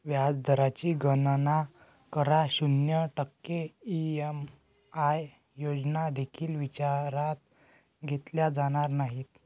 व्याज दराची गणना करा, शून्य टक्के ई.एम.आय योजना देखील विचारात घेतल्या जाणार नाहीत